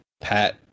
Pat